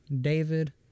David